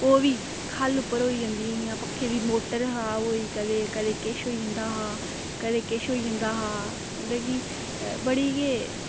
ओह् बी खह्ल्ल उप्पर होई जंदियां हियां पक्खे दी मोटर खराब होई गेई कदें किश होई जंदा हा कदें किश होई जंदा हा मतलब कि बड़े गै